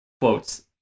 quotes